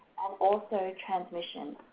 and also transmission,